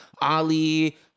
Ali